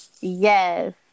yes